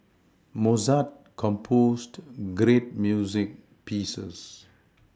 Mozart composed great music pieces